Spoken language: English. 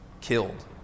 killed